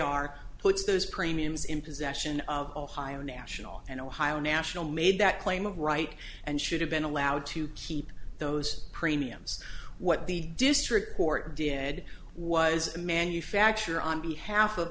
are puts those premiums in possession of ohio national and ohio national made that claim of right and should have been allowed to keep those premiums what the district court did was manufacture on behalf of